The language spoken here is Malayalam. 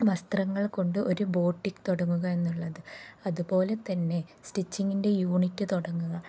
വസ്ത്രങ്ങൾ കൊണ്ട് ഒരു ബോട്ടിക് തുടങ്ങുക എന്നുള്ളത് അതുപോലെ തന്നെ സ്റ്റിച്ചിങ്ങിൻ്റെ യൂണിറ്റ് തുടങ്ങുക